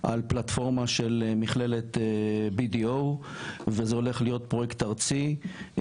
על פלטפורמה של מכללת BDO וזה הולך להיות פרויקט ארצי,